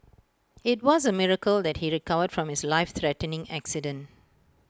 IT was A miracle that he recovered from his life threatening accident